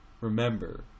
remember